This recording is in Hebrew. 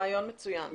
רעיון מצוין.